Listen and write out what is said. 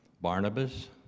Barnabas